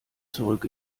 zurück